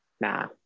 Nah